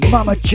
Mama